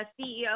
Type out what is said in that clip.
CEO